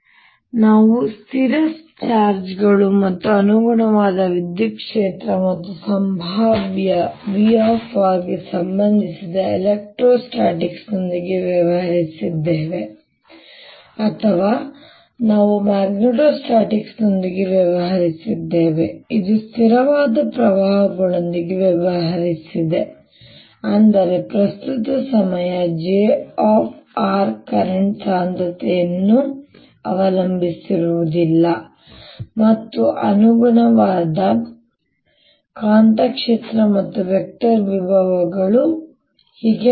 ಆದ್ದರಿಂದ ನಾವು ಸ್ಥಿರ ಚಾರ್ಜ್ಗಳು ಮತ್ತು ಅನುಗುಣವಾದ ವಿದ್ಯುತ್ ಕ್ಷೇತ್ರ ಮತ್ತು ಸಂಭಾವ್ಯ V ಗೆ ಸಂಬಂಧಿಸಿದ ಎಲೆಕ್ಟ್ರೋಸ್ಟಾಟಿಕ್ಸ್ನೊಂದಿಗೆ ವ್ಯವಹರಿಸಿದ್ದೇವೆ ಅಥವಾ ನಾವು ಮ್ಯಾಗ್ನೆಟೋಸ್ಟಾಟಿಕ್ಸ್ನೊಂದಿಗೆ ವ್ಯವಹರಿಸಿದ್ದೇವೆ ಇದು ಸ್ಥಿರವಾದ ಪ್ರವಾಹಗಳೊಂದಿಗೆ ವ್ಯವಹರಿಸಿದೆ ಅಂದರೆ ಪ್ರಸ್ತುತವು ಸಮಯ j ಕರೆಂಟ್ ಸಾಂದ್ರತೆಯನ್ನು ಅವಲಂಬಿಸಿರುವುದಿಲ್ಲ ಮತ್ತು ಅನುಗುಣವಾದ ಕಾಂತಕ್ಷೇತ್ರ ಮತ್ತು ವೆಕ್ಟರ್ ವಿಭವಗಳು ಮತ್ತು ಹೀಗೆ